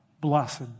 Blessed